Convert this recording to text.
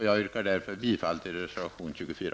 Jag yrkar bifall till reservation nr 24.